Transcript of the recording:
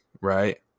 right